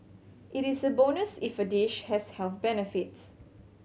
it is a bonus if a dish has health benefits